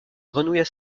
grenouille